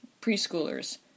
preschoolers